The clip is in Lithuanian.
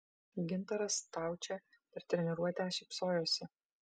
gintaras staučė per treniruotę šypsojosi